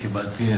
כן.